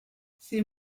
ces